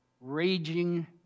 raging